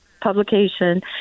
publication